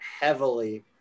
heavily